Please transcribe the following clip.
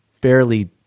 barely